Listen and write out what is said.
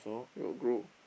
where got grow